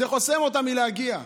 זה חוסם אותם מלהגיע.